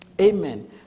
amen